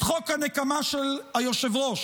את חוק הנקמה של היושב-ראש.